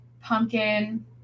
pumpkin